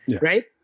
right